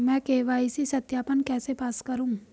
मैं के.वाई.सी सत्यापन कैसे पास करूँ?